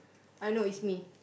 I know it's me